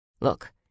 Look